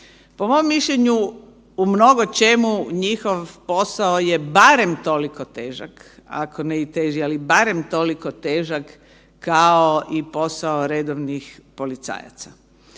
posao je barem toliko težak, a posao je barem toliko težak ako ne i teži, ali barem toliko težak kao i posao redovnih policajaca.